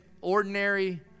ordinary